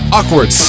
Awkward